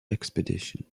expedition